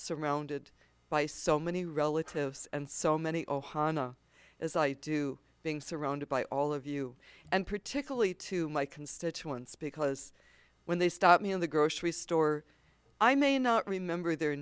surrounded by so many relatives and so many ohana as i do being surrounded by all of you and particularly to my constituents because when they stop me in the grocery store i may not remember their